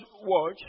watch